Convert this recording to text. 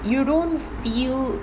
you don't feel